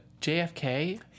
JFK